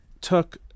took